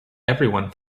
everyone